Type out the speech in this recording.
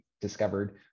discovered